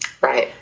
Right